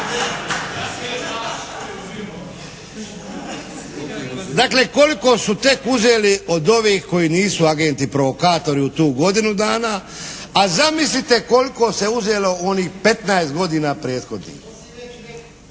Dakle, koliko su tek uzeli od ovih koji nisu agenti provokatori u tu godinu dana, a zamislite koliko se uzelo u onih 15 godina prethodnih.